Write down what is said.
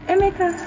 Emeka